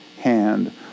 hand